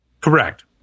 correct